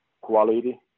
quality